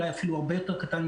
אולי אפילו הרבה יותר קטן,